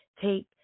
take